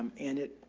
and it,